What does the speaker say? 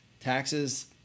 Taxes